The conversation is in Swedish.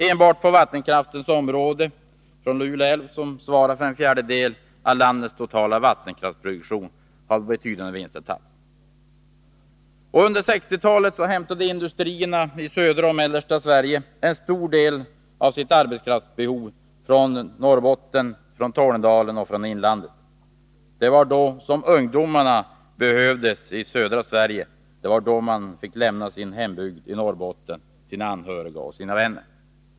Enbart vattenkraften från Lule älv svarar för en fjärdedel av landets totala vattenkraftsproduktion. Under 1960-talet hämtade industrierna i södra och mellersta Sverige en stor del av sitt arbetskraftsbehov från Norrbottens glesbygder. Det var då som ungdomarna behövdes till södra Sverige, och de fick lämna sin hembygd, sina anhöriga och sina vänner.